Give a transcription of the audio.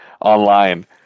online